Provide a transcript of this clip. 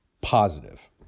positive